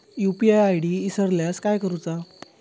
UPI ID इसरल्यास काय करुचा?